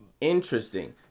interesting